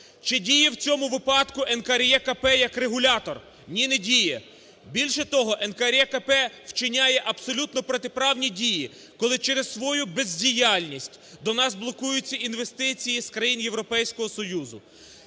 Чи діє в цьому випадку НКРЕКП як регулятор? Ні, не діє. Більше того, НКРЕКП вчиняє абсолютно протиправні дії, коли через свою бездіяльність до нас блокуються інвестиції з країн Європейського Союзу,